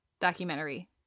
documentary